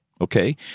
okay